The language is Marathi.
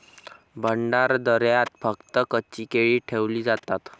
भंडारदऱ्यात फक्त कच्ची केळी ठेवली जातात